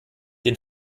den